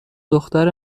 دختر